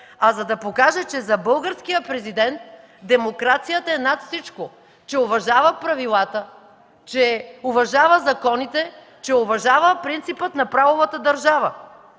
а за да покаже, че за българския Президент демокрацията е над всичко, че уважава правилата, че уважава законите, че уважава принципа на правовата държава,